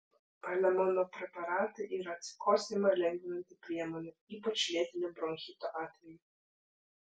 palemono preparatai yra atsikosėjimą lengvinanti priemonė ypač lėtinio bronchito atveju